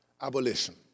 abolition